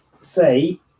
say